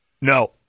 No